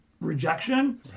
rejection